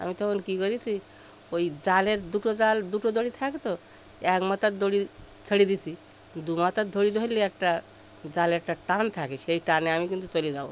আমি তখন কী করেছি ওই জালের দুটো জাল দুটো দড়ি থাকে তো এক মাথার দড়ি ছাড়িয়ে দিয়েছি দু মাথার দড়ি ধরলে একটা জালের একটা টান থাকে সেই টানে আমি কিন্তু চলে যাব